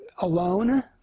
alone